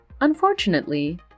unfortunately